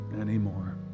anymore